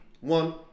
One